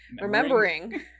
remembering